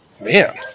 man